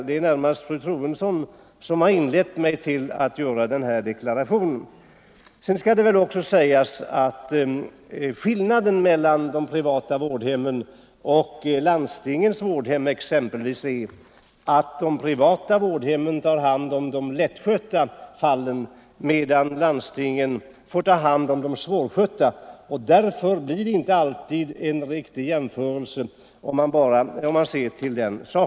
Det är närmast fru Troedsson som påverkat mig att göra denna deklaration. Sedan skall det väl också sägas att skillnaden mellan de privata vårdhemmen och exempelvis landstingens vårdhem är att de privata tar hand om de lättskötta fallen medan landstingen får ta hand om de svårskötta. Med hänsyn till detta blir jämförelser inte alltid rättvisande.